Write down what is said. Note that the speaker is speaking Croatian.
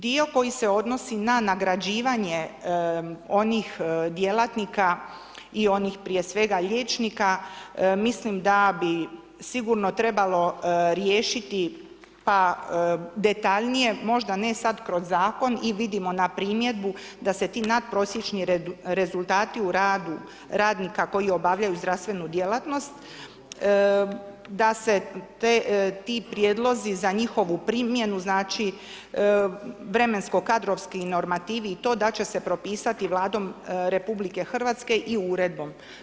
Dio koji se odnosi na nagrađivanje onih djelatnika i onih, prije svega liječnika, mislim da bi sigurno trebalo riješiti, pa detaljnije, možda ne sad kroz zakon i vidimo na primjedbu da se ti nadprosječni rezultati u radu radnika koji obavljaju zdravstvenu djelatnost, da se ti prijedlozi za njihovu primjenu, znači, vremensko kadrovski normativi i to da će se propisati Vladom RH i Uredbom.